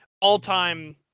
all-time